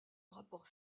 rapports